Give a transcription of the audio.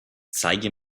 zeige